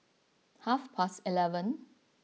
half past eleven